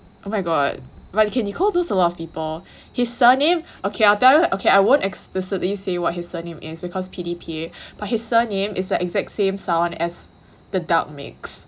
oh my god but k Nicole knows a lot of people his surname okay I'll tell you okay I won't explicitly say what his surname is because P_D_P_A but his surname is the exact same sound as the duck makes